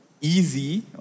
easy